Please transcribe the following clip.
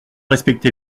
respecté